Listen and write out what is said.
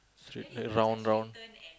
straight round round